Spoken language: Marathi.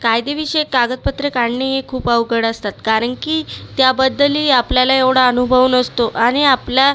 कायदेविषयक कागदपत्रे काढणे हे खूप अवघड असतात कारण की त्याबद्दलही आपल्याला एवढा अनुभव नसतो आणि आपला